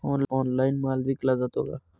Online माल विकला जातो का?